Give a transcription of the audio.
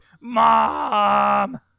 Mom